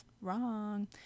Wrong